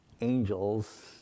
angels